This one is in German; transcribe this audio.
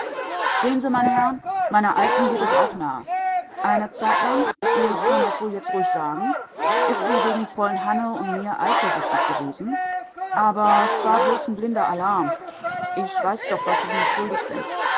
sehen sie meine herr'n meiner alten geht es auch nahe eine zeitlang ich kann das wohl jetzt ruhig sagen is sie wegen fräul'n hanne und mir eifersüchtig gewesen aber es war bloß blinder lärm ich weiß doch was ich mir schuldig bin